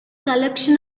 collection